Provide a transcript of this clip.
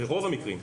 ברוב המקרים,